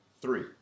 Three